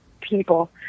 people